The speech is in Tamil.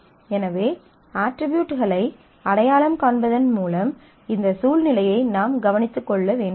எனவே அட்ரிபியூட்களை அடையாளம் காண்பதன் மூலம் இந்த சூழ்நிலையை நாம் கவனித்துக் கொள்ள வேண்டியிருக்கும்